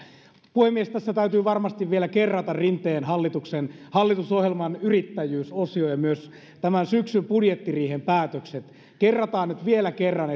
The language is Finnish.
puhemies tässä täytyy varmasti vielä kerrata rinteen hallituksen hallitusohjelman yrittäjyysosio ja myös tämän syksyn budjettiriihen päätökset kerrataan nyt vielä kerran